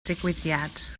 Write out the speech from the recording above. digwyddiad